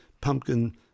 pumpkin